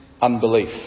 unbelief